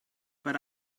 but